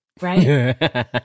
Right